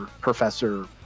Professor